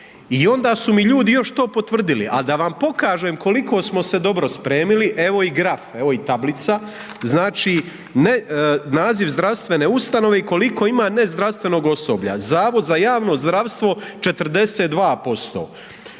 i onda su mi ljudi još to potvrdili, a da vam pokažem koliko smo se dobro spremili evo i graf, evo i tablica, znači naziv zdravstvene ustanove i koliko ima nezdravstvenog osoblja, Zavod za javno zdravstvo 42%,